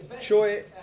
Choi